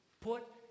put